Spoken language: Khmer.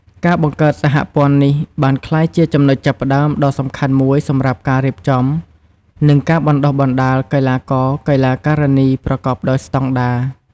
ការបង្កើតសហព័ន្ធនេះបានក្លាយជាចំណុចចាប់ផ្តើមដ៏សំខាន់មួយសម្រាប់ការរៀបចំ និងការបណ្តុះបណ្តាលកីឡាករ-កីឡាការិនីប្រកបដោយស្តង់ដារ។